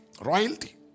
Royalty